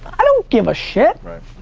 i don't give a shit.